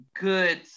good